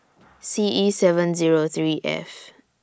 C E seven Zero three F